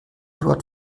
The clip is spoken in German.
dort